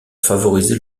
favoriser